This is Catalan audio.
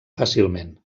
fàcilment